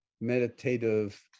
meditative